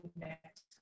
next